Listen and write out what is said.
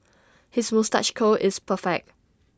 his moustache curl is perfect